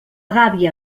gàbia